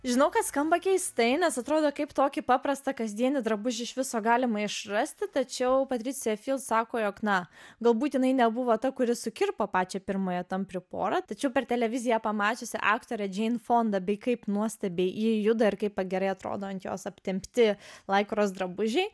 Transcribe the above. žinau kad skamba keistai nes atrodo kaip tokį paprastą kasdienį drabužį iš viso galima išrasti tačiau patricija vėl sako jog na galbūt jinai nebuvo ta kuri sukirpo pačią pirmąją tamprią porą tačiau per televiziją pamačiusi aktorę dzin fondą bei kaip nuostabiai juda ir kaip gerai atrodo ant jos aptempti drabužiai